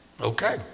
Okay